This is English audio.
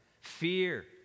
Fear